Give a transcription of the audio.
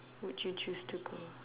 would you choose to go